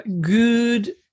Good